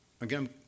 Again